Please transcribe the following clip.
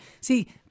See –